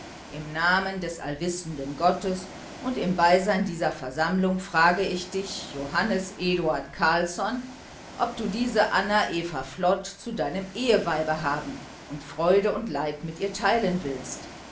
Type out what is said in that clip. im namen des allwissenden gottes und im beisein dieser versammlung frage ich dich johannes eduard carlsson ob du diese anna eva flod zu deinem eheweibe haben und freude und leid mit ihr teilen willst